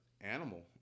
animal